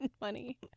money